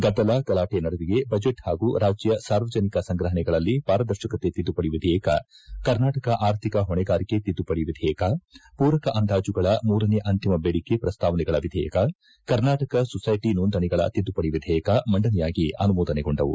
ಗದ್ದಲ ಗಲಾಟೆ ನಡುವೆಯೇ ಬಜೆಟ್ ಪಾಗೂ ರಾಜ್ಯ ಸಾರ್ವಜನಿಕ ಸಂಗ್ರಹಣೆಗಳಲ್ಲಿ ಪಾರದರ್ಶಕ ತಿದ್ದುಪಡಿ ವಿಧೇಯಕ ಕರ್ನಾಟಕ ಅರ್ಥಿಕ ಹೊಣೆಗಾರಿಕೆ ತಿದ್ದುಪಡಿ ವಿಧೇಯಕ ಪೂರಕ ಅಂದಾಜುಗಳ ಮೂರನೆ ಅಂತಿಮ ಬೇಡಿಕೆ ಪ್ರಸ್ತಾವನೆಗಳ ವಿಧೇಯಕ ಕರ್ನಾಟಕ ಸೊಸೈಟ ಸೋಂದಣಿಗಳ ತಿದ್ದುಪಡಿ ವಿಧೇಯಕ ಮಂಡನೆಯಾಗಿ ಅನುಮೋದನೆಗೊಂಡವು